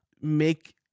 make